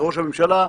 ראש הממשלה.